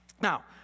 Now